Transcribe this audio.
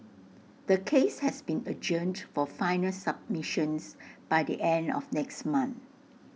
the case has been adjourned for final submissions by the end of next month